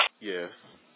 Yes